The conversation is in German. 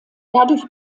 dadurch